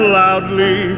loudly